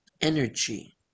energy